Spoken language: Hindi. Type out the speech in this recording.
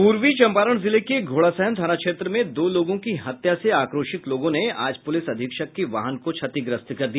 पूर्वी चंपारण जिले के घोड़ासहन थाना क्षेत्र में दो लोगों की हत्या से आक्रोशित लोगों ने आज पुलिस अधीक्षक के वाहन को क्षतिग्रस्त कर दिया